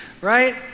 right